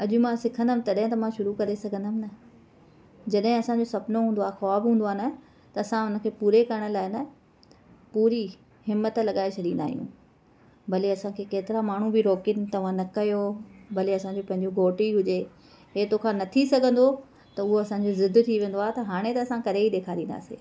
अॼु मां सिखंदमि तॾहिं त मां शुरू करे सघंदमि न जॾहिं असांजो सुपिनो हूंदो आहे ख़्वाबु हूंदो आहे न त असां हुनखे पूरो करण लाइ न पूरी हिमत लॻाए छॾींदा आहियूं भली असांखे केतिरा माण्हूं बि रोकनि तव्हां न करियो भली असांजो पंहिंजो घोटु ई हुजे हे तोखां न थी सघंदो त उहा असांजो ज़िद थी वेंदो आहे त हाणे त असां करे ई ॾेखारींदासीं